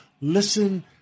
listen